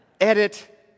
edit